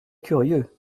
curieux